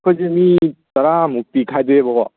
ꯑꯩꯈꯣꯏꯁꯦ ꯃꯤ ꯇꯔꯥꯃꯨꯛꯇꯤ ꯈꯥꯏꯗꯣꯛꯑꯦꯕꯀꯣ